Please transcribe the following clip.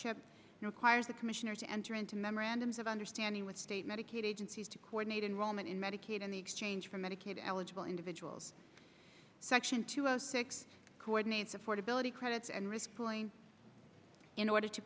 chip requires the commissioners to enter into memorandums of understanding with state medicaid agencies to coordinate enrollment in medicaid in the exchange for medicaid eligible individuals section two zero six coordinates affordability credits and risk pooling in order to